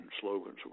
slogans